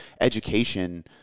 education